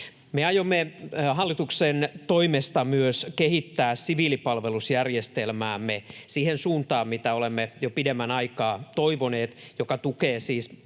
Me aiomme hallituksen toimesta myös kehittää siviilipalvelusjärjestelmäämme siihen suuntaan, mitä olemme jo pidemmän aikaa toivoneet, joka tukee siis